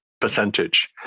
percentage